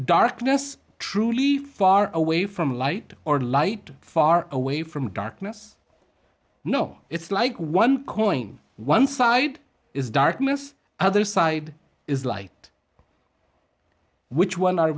darkness truly far away from light or light far away from darkness no it's like one coin one side is darkness other side is light which one are